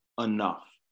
enough